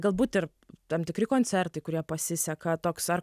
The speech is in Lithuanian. galbūt ir tam tikri koncertai kurie pasiseka toks ar